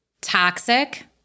Toxic